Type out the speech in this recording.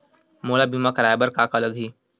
मोला बीमा कराये बर का का लगही?